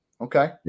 Okay